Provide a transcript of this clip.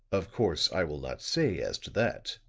of course i will not say as to that.